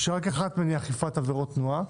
שרק אחת מהן היא אכיפת עבירות תנועה,